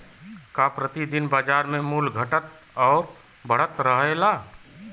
का प्रति दिन बाजार क मूल्य घटत और बढ़त रहेला?